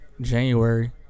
January